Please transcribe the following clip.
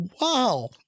wow